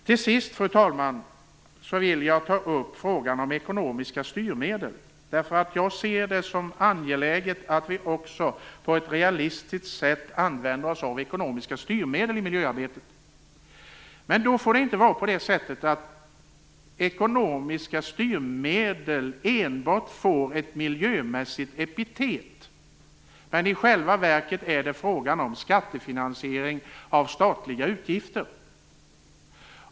Till sist, fru talman, vill jag ta upp frågan om ekonomiska styrmedel. Jag ser det som angeläget att vi på ett realistiskt sätt använder oss av ekonomiska styrmedel i miljöarbetet. Men det får inte vara så att ekonomiska styrmedel enbart får ett miljömässigt epitet, när det i själva verket är fråga om skattefinansiering av statliga utgifter.